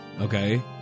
okay